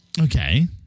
Okay